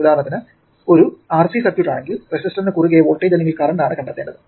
ഉദാഹരണത്തിന് ഒരു RC circuit ആണെങ്കിൽ റെസിസ്റ്ററിനു കുറുകെ വോൾടേജ് അല്ലെങ്കിൽ കറന്റ് ആണ് കണ്ടെത്തണ്ടത്